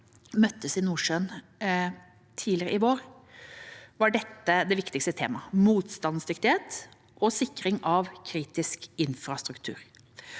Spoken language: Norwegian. møttes i Nordsjøen tidligere i vår, var dette det viktigste temaet: motstandsdyktighet og sikring av kritisk infrastruktur.